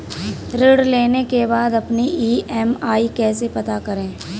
ऋण लेने के बाद अपनी ई.एम.आई कैसे पता करें?